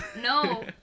No